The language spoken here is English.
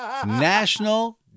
National